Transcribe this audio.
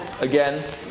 again